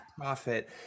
profit